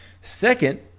Second